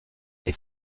est